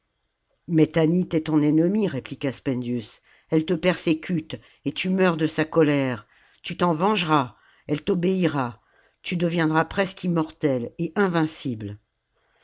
tanit est ton ennemie répliqua spendius elle te persécute et tu meurs de sa colère tu t'en vengeras elle t'obéira tu deviendras presque immortel et invmcible